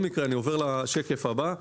אני עובר לשקף הבא.